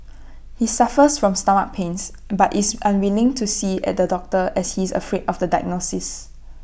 he suffers from stomach pains but is unwilling to see the doctor as he is afraid of the diagnosis